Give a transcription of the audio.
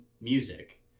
music